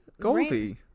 Goldie